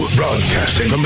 broadcasting